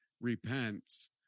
repents